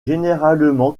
généralement